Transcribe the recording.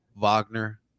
Wagner